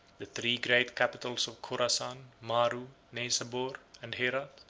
the three great capitals of khorasan, maru, neisabour, and herat,